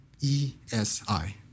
E-S-I